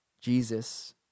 Jesus